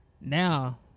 now